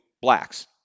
blacks